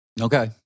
Okay